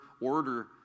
order